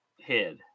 head